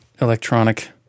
electronic